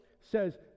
says